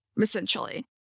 essentially